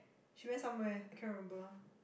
she went somewhere I can't remember